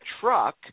truck